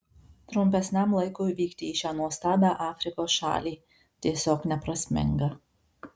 trumpesniam laikui vykti į šią nuostabią afrikos šalį tiesiog neprasminga